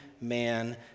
man